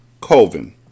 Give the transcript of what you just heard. Colvin